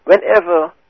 whenever